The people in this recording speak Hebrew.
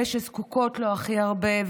אלה שזקוקות לו הכי הרבה,